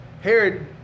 Herod